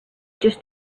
just